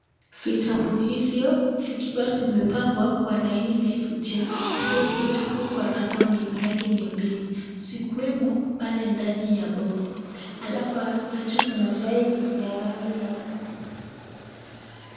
Vitabu hivyo vikiwa zimepangwa kwa laini inayovutia zikiwa vitabu kwa rangi mia mbili. Zikiwemo pale ndani ya boksi alafu hapa juu kuna faili ya rangi nyeusi.